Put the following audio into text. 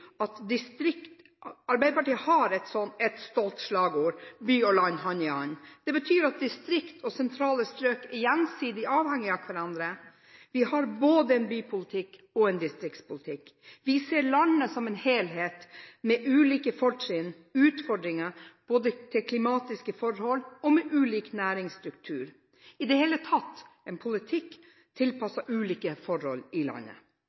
at distrikt og sentrale strøk er gjensidig avhengig av hverandre. Vi har både en bypolitikk og en distriktspolitikk. Vi ser landet som en helhet, med ulike fortrinn, utfordringer, klimatiske forhold og næringsstruktur – i det hele tatt har vi en politikk tilpasset ulike forhold i landet.